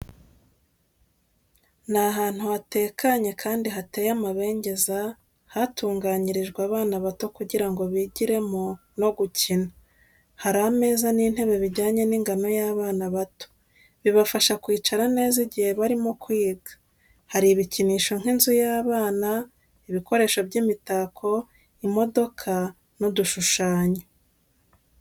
Ni ahantu hatekanye, kandi hateye amabengeza, hatunganyirijwe abana bato kugira ngo bigiremo no gukina. Hari ameza n'intebe bijyanye n'ingano y'abana bato. Bibafasha kwicara neza igihe barimo kwiga. Hari ibikinisho nk’inzu y’abana, ibikoresho by’imitako, imodoka, n’udushushanyo.